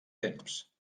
temps